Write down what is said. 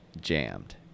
jammed